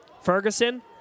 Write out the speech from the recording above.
Ferguson